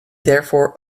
therefore